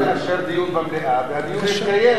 אפשר לאשר דיון במליאה, והדיון יתקיים